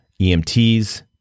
EMTs